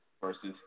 Versus